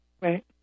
Right